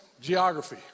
Geography